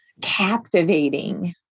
captivating